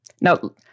Now